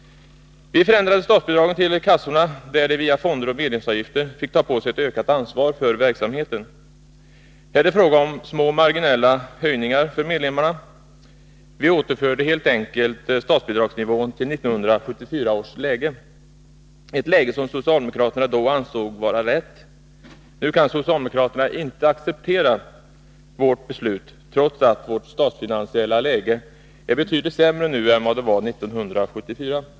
Vi förändrade statsbidragen till kassorna, som via fonder och medlemsavgifter fick ta på sig ett ökat ansvar för verksamheten. Här är det fråga om små, marginella höjningar för medlemmarna. Vi återinförde helt enkelt statsbidragsnivån till 1974 års läge, ett läge som socialdemokraterna då ansåg vara rätt. Nu accepterar socialdemokraterna inte vårt beslut, trots att vårt statsfinansiella läge i dag är betydligt sämre än det var 1974.